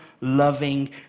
loving